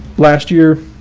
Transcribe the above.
last year,